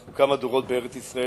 אנחנו כמה דורות בארץ-ישראל,